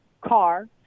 car